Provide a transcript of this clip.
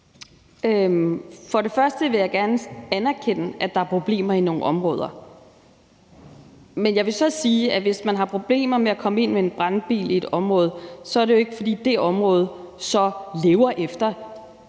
(RV): Først vil jeg gerne anerkende, at der er problemer i nogle områder. Men jeg vil så sige, at hvis man har problemer med at komme ind med en brandbil i et område, er det jo ikke, fordi det område så lever efter